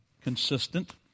consistent